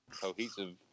cohesive